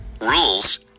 Rules